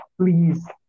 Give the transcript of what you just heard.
please